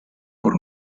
por